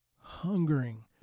Hungering